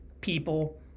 people